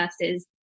versus